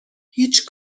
هیچ